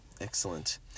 excellent